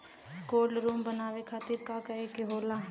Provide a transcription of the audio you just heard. Cold room बनावे खातिर का करे के होला?